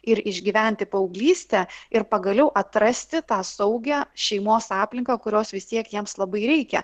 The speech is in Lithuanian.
ir išgyventi paauglystę ir pagaliau atrasti tą saugią šeimos aplinką kurios vistiek jiems labai reikia